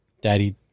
daddy